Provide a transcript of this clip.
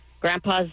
Grandpa's